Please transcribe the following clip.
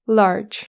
large